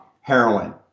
Heroin